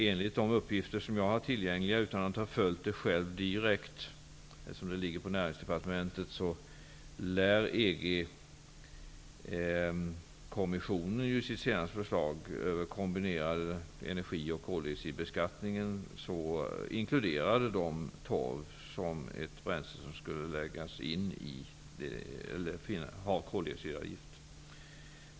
Enligt de uppgifter som jag har tillgängliga, utan att själv direkt ha följt detta, eftersom det ligger inom kommissionen i sitt senaste förslag om kombinerad energi och koldioxidbeskattning ha inkluderat torv bland de bränslen som skulle påläggas en koldioxidavgift.